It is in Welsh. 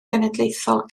genedlaethol